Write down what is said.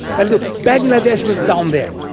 and look, bangladesh was down there,